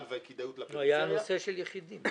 ואת הכדאיות לפריפריה --- היה הנושא של יחידים.